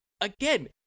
again